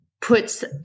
puts